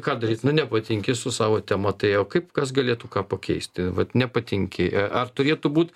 ką daryt nu nepatinki su savo tema tai o kaip kas galėtų ką pakeisti vat nepatinki ar turėtų būt